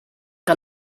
que